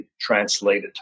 translated